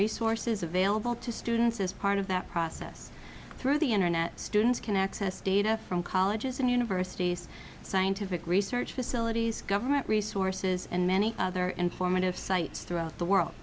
resources available to students as part of that process through the internet students can access data from colleges and universities scientific research facilities government resources and many other informative sites throughout the world